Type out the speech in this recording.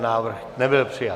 Návrh nebyl přijat.